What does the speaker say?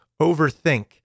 overthink